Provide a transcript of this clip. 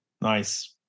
Nice